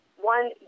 one